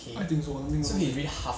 I think so I only know